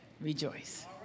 Rejoice